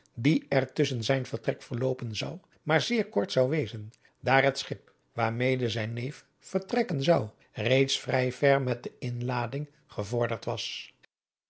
die er tusschen zijn vertrek verloopen zou maar zeer kort zou wezen daar het schip waarmede zijn neef vertrekken zou reeds vrij ver met de inlading gevorderd was